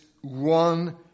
one